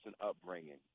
upbringing